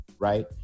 right